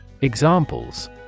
Examples